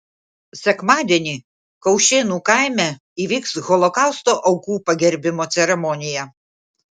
sekmadienį kaušėnų kaime įvyks holokausto aukų pagerbimo ceremonija